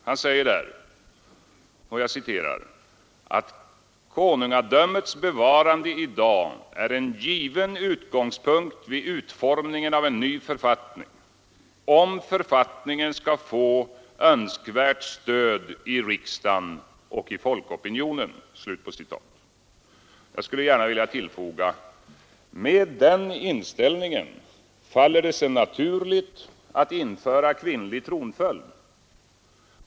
Han skriver ”att konungadömets bevarande i dag är en given utgångspunkt vid utformningen av en ny författning, om författningen skall få önskvärt stöd i riksdagen och folkopinionen”. Jag skulle gärna vilja tillfoga: Med den inställningen faller det sig naturligt att införa kvinnlig tronföljd.